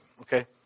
Okay